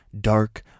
Dark